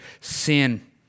sin